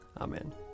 Amen